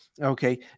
Okay